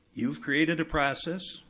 you've created a process,